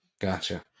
gotcha